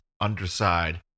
underside